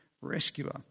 rescuer